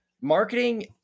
marketing